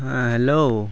ᱦᱮᱸ ᱦᱮᱞᱳ